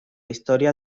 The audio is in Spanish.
historia